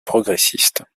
progressiste